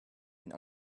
been